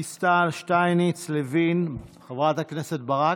דיסטל, שטייניץ, לוין, חברת הכנסת ברק,